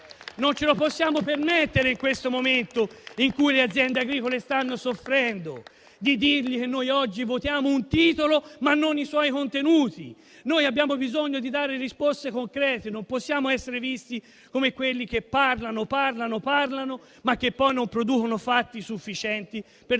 Non ci possiamo permettere, in un momento in cui le aziende agricole stanno soffrendo, di dire loro che noi oggi votiamo un titolo, ma non i suoi contenuti. Abbiamo bisogno di dare risposte concrete e non possiamo essere visti come quelli che parlano e parlano, ma che poi non producono fatti sufficienti per